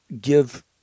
give